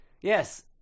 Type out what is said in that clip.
Yes